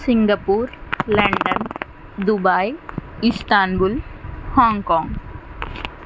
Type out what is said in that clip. Singapore London Dubai Istanbul Hong Kong